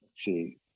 see